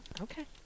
Okay